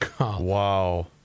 Wow